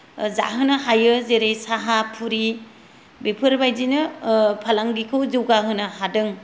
जाहोनो हायो जेरै साहा पुरि बेफोरबायदिनो फालांगिखौ जौगाहोनो हादों